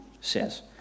says